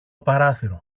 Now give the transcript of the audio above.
παράθυρο